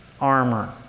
armor